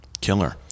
killer